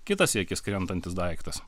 kitas į akis krentantis daiktas